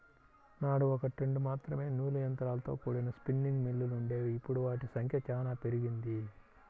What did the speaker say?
నాడు ఒకట్రెండు మాత్రమే నూలు యంత్రాలతో కూడిన స్పిన్నింగ్ మిల్లులు వుండేవి, ఇప్పుడు వాటి సంఖ్య చానా పెరిగింది